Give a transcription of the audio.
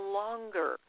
longer